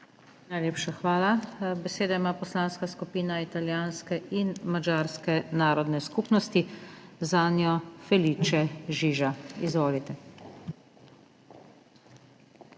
Najlepša hvala. Besedo ima Poslanska skupina Italijanske in madžarske narodne skupnosti, zanjo Felice Žiža. Izvolite.